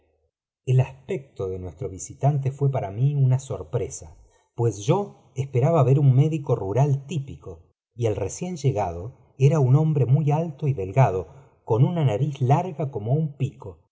el aspecto de nuestro visitante fue para mí una y sorpresa pues yo esperaba ver un médico rural típico el recién llegado era un hombre muy alto y delgado con una nariz larga como un pico